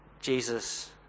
Jesus